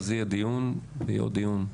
אז יהיה דיון ויהיה עוד דיון,